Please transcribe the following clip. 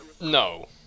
No